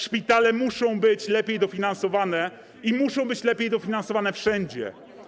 Szpitale muszą być lepiej dofinansowane i muszą one być lepiej dofinansowane wszędzie.